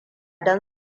don